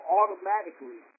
automatically